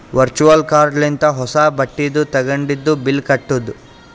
virtual card ಲಿಂತ ಹೊಸಾ ಬಟ್ಟಿದು ತಗೊಂಡಿದು ಬಿಲ್ ಕಟ್ಟುದ್